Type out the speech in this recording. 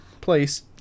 place